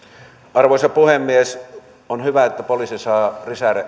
arvoisa puhemies on hyvä että poliisi saa